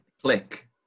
Click